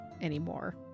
anymore